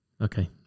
Okay